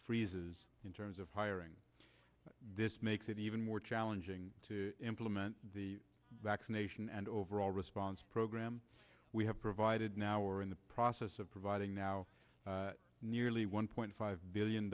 freezes in terms of hiring this makes it even more challenging to implement the vaccination and overall response program we have provided now are in the process of provide now nearly one point five billion